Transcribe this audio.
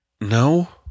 No